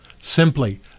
Simply